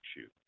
shoot